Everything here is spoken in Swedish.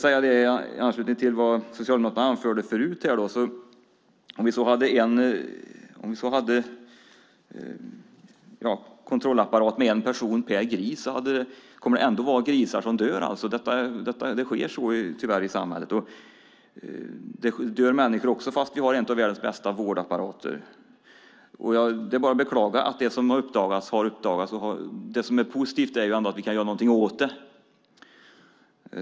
I anslutning till vad Socialdemokraterna anförde förut ska jag säga att om vi så hade en kontrollapparat med en person per gris skulle det ändå vara grisar som dör. Sådant sker tyvärr. Det dör människor också, fast vi har en av världens bästa vårdapparater. Det är bara att beklaga det som har uppdagats. Det som är positivt är ändå att vi kan göra något åt det.